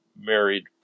married